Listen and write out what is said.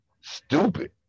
stupid